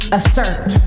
assert